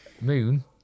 Moon